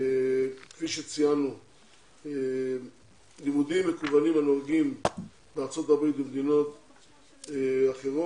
כפי שציינו לימודים מקוונים הנהוגים בארצות הברית ובמדינות אחרות,